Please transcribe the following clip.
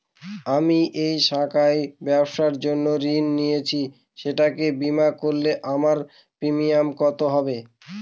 আমি এই শাখায় ব্যবসার জন্য ঋণ নিয়েছি সেটাকে বিমা করলে আমার প্রিমিয়াম কত হবে?